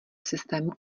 systému